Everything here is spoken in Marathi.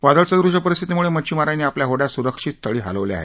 वादळसदृश परिस्थितीमुळे मच्छीमारानी आपल्या होड्या सुरक्षित स्थळी हलवल्या आहेत